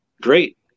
Great